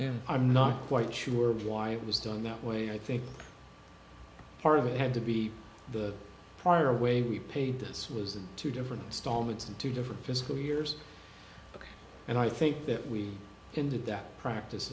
and i'm not quite sure why it was done that way i think part of it had to be the prior way we paid this was in two different stallman's in two different fiscal years and i think that we can do that practice